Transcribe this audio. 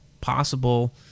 possible